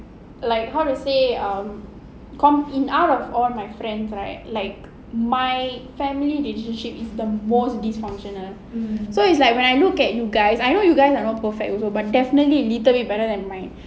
like how to say um con~ in out of all my friends right like my family relationship is the most dysfunctional so it's like when I look at you guys I know you guys are not perfect also but definitely a little bit better than mine